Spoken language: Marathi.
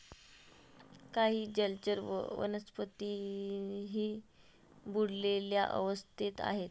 काही जलचर वनस्पतीही बुडलेल्या अवस्थेत आहेत